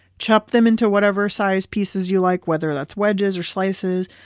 chop them into whatever size pieces you like whether that's wedges or slices.